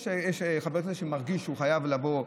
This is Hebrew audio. יש חבר כנסת שמרגיש שהוא חייב לבוא,